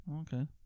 Okay